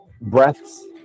breaths